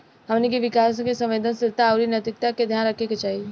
हमनी के किसान के संवेदनशीलता आउर नैतिकता के ध्यान रखे के चाही